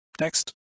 Next